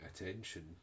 attention